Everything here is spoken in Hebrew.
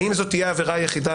האם זו תהיה העבירה היחידה?